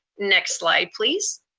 next slide please.